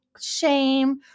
shame